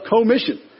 commission